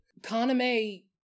Kaname